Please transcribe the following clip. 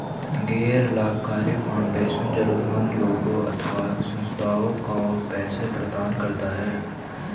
गैर लाभकारी फाउंडेशन जरूरतमन्द लोगों अथवा संस्थाओं को पैसे प्रदान करता है